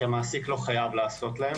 כי המעסיק לא חייב לעשות להם,